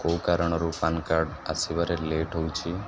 କେଉଁ କାରଣରୁ PAN card ଆସିବାରେ ଲେଟ୍ ହେଉଛିି